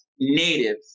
native